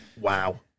Wow